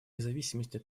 независимости